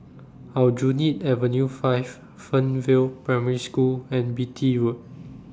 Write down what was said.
Aljunied Avenue five Fernvale Primary School and Beatty Road